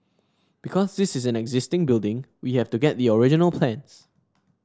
because this is an existing building we have to get the original plans